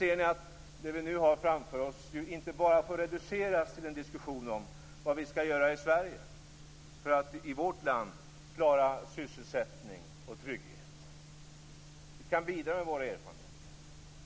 Där ligger det. Det vi nu har framför oss får inte bara reduceras till en diskussion om vad vi skall göra i Sverige för att i vårt land klara sysselsättning och trygghet. Vi kan bidra med våra erfarenheter.